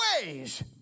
ways